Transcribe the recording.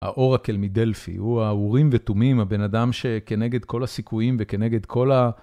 האורקל מדלפי, הוא האורים ותומים, הבן אדם שכנגד כל הסיכויים וכנגד כל ה...